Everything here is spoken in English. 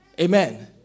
Amen